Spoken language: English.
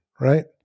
right